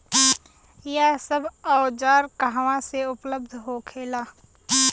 यह सब औजार कहवा से उपलब्ध होखेला?